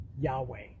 Yahweh